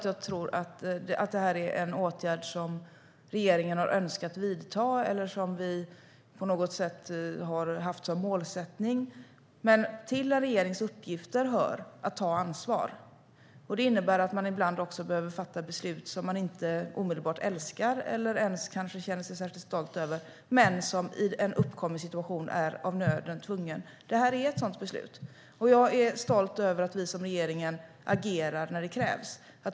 Jag menar inte att det här är en åtgärd som regeringen har önskat vidta eller som vi har haft som målsättning, men till en regerings uppgifter hör att ta ansvar. Det innebär att man ibland också behöver fatta beslut som man inte älskar eller känner sig särskilt stolt över men som i en uppkommen situation är av nöden. Detta är ett sådant beslut. Jag är stolt över att vi som regering agerar när det krävs.